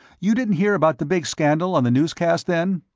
you didn't hear about the big scandal, on the newscast, then?